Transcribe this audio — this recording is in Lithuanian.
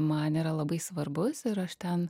man yra labai svarbus ir aš ten